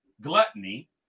gluttony